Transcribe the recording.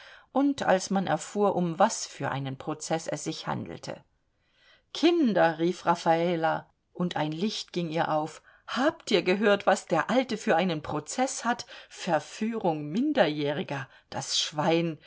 und als man erfuhr um was für einen prozeß es sich handelte kinder rief raffala und ein licht ging ihr auf habt ihr gehört was der alte für einen prozeß hat verführung minderjähriger das schwein